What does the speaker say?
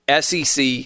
SEC